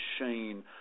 machine